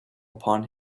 upon